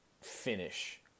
finish